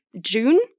June